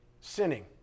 sinning